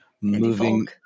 moving